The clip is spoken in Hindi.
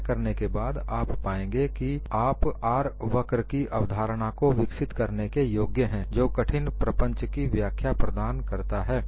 यह करने के बाद आप पाएंगे कि आप R वक्र की अवधारणा को विकसित करने के योग्य है जो कठिन प्रपंच की व्याख्या प्रदान करता है